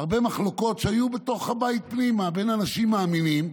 הרבה מחלוקות היו בתוך הבית פנימה בין אנשים מאמינים,